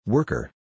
Worker